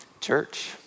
Church